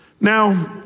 Now